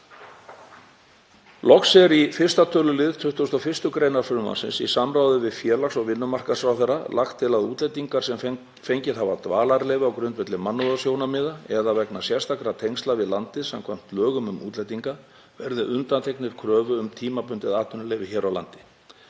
Loks er í 1. tölulið 21. gr. frumvarpsins, í samráði við félags- og vinnumarkaðsráðherra, lagt til að útlendingar sem fengið hafa dvalarleyfi á grundvelli mannúðarsjónarmiða eða vegna sérstakra tengsla við landið samkvæmt lögum um útlendinga verði undanþegnir kröfu um tímabundið atvinnuleyfi hér á landi.